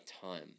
time